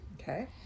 Okay